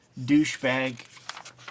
douchebag